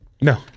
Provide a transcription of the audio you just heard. no